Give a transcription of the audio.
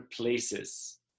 places